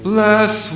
Bless